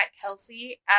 Kelsey